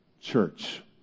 church